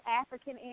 African